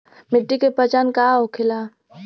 मिट्टी के पहचान का होखे ला?